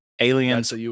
aliens